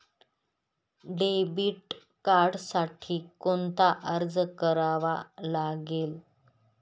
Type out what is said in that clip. Debit कार्डसाठी कोणता अर्ज करावा लागेल?